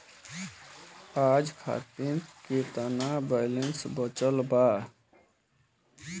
आज खातिर केतना बैलैंस बचल बा?